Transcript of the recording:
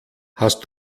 hast